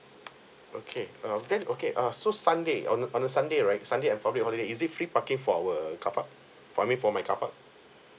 okay um then okay ah so sunday on on a sunday right sunday and public holiday is it free parking for our car park for I mean for my car park